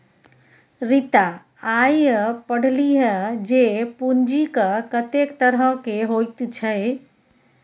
रीता आय पढ़लीह जे पूंजीक कतेक तरहकेँ होइत छै